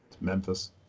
Memphis